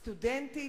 סטודנטית,